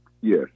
Yes